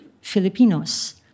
Filipinos